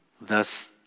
Thus